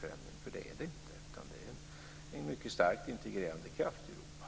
Det är inte så, utan den är en mycket starkt integrerande kraft i Europa.